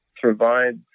provides